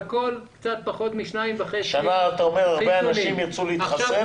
אתה אומר שהשנה הרבה אנשים ירצו להתחסן.